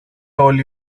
όλοι